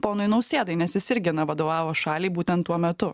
ponui nausėdai nes jis irgi na vadovavo šaliai būtent tuo metu